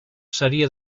seria